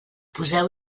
poseu